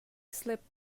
slipped